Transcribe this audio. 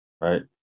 Right